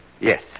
Yes